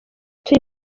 turi